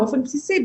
באופן בסיסי,